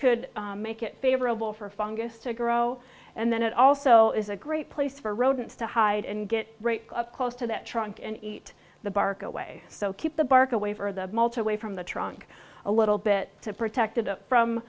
could make it favorable for fungus to grow and then it also is a great place for rodents to hide and get right up close to that trunk and eat the bark away so keep the bark away for the multi way from the trunk a little bit to protect it up from